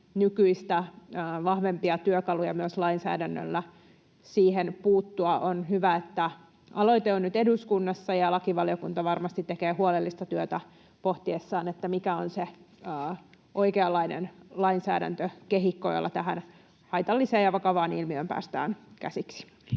nykyistä vahvempia työkaluja myös lainsäädännöllä siihen puuttua. On hyvä, että aloite on nyt eduskunnassa, ja lakivaliokunta varmasti tekee huolellista työtä pohtiessaan, mikä on se oikeanlainen lainsäädäntökehikko, jolla tähän haitalliseen ja vakavaan ilmiöön päästään käsiksi.